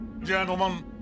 Gentlemen